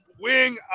wing